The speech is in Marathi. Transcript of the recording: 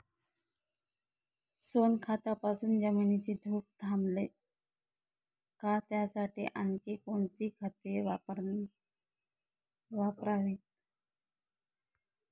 सोनखतापासून जमिनीची धूप थांबेल का? त्यासाठी आणखी कोणती खते वापरावीत?